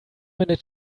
minute